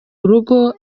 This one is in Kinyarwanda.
urugo